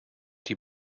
die